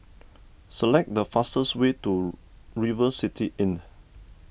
select the fastest way to River City Inn